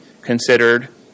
considered